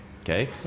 okay